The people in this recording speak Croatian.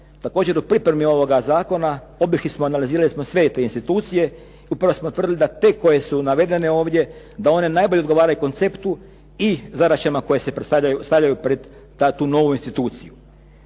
Također do pripreme ovoga zakona obišli smo i analizirali smo sve te institucije i upravo smo utvrdili da te koje su navedene ovdje da one najbolje odgovaraju konceptu i zadaćama koje se stavljaju pred tu novu instituciju.